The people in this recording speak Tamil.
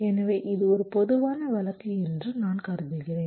எனவே இது ஒரு பொதுவான வழக்கு என்று நான் கருதுகிறேன்